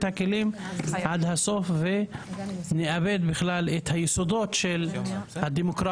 הכלים עד הסוף ונאבד בכלל את היסודות של הדמוקרטיה,